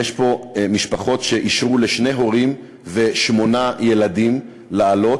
יש פה משפחות שאישרו להורים ושמונה ילדים לעלות,